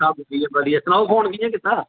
सब ठीक ठाक बधिया सनाओ फ़ोन कियां कीता